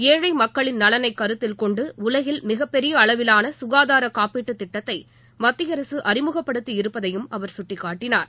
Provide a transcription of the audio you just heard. ஏழை மக்களின் நலனை கருத்தில் கொண்டு உலகில் மிகப்பெரிய அளவிவான சுகாதார காப்பீட்டுத் திட்டத்தை மத்திய அரசு அறிமுகப்படுத்தி இருப்பதையும் அவர் கட்டிக்காட்டினார்